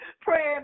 praying